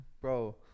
Bro